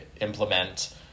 implement